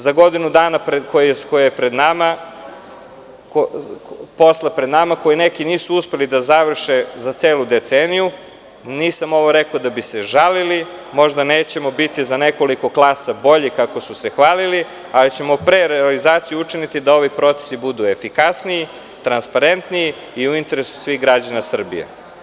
Za godinu dana i posla koji je pred nama, neki koji nisu uspeli da završe za celu deceniju, i nisam ovo rekao da bi se žalili, možda nećemo biti za nekoliko klasa bolji, kako su se hvalili, ali ćemo pre realizacije učiniti da ovi procesu budu efikasniji, transparentniji i u interesu svih građana Srbije.